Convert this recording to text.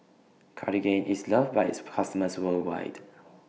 Cartigain IS loved By its customers worldwide